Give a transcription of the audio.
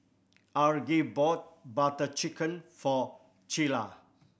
Aggie bought Butter Chicken for Cilla